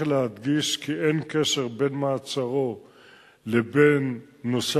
צריך להדגיש כי אין קשר בין מעצרו לבין נושא